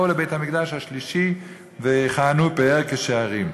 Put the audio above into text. לבית-המקדש השלישי ויכהנו פאר כשערים.